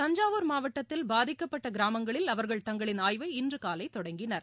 தஞ்சாவூர் மாவட்டத்தில் பாதிக்கப்பட்ட கிராமங்களில் அவர்கள் தங்களின் ஆய்வை இன்று காலை தொடங்கினர்